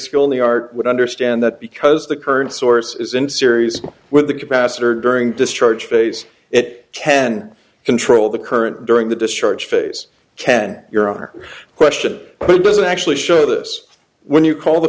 skill in the art would understand that because the current source is in series with the capacitor during discharge phase it can control the current during the discharge phase can your honor question but doesn't actually show this when you call the